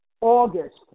August